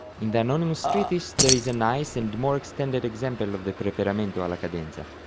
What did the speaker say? in the anonymous treatise there is a nice and more extended example of the preparamento alla cedenza